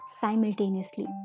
simultaneously